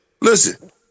listen